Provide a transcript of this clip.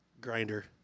Grinder